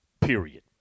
period